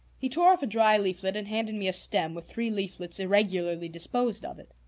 he tore off a dry leaflet and handed me a stem with three leaflets irregularly disposed of it.